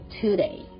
today